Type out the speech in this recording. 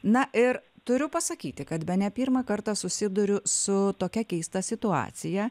na ir turiu pasakyti kad bene pirmą kartą susiduriu su tokia keista situacija